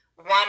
one